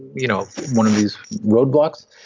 you know one of these roadblocks,